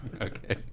okay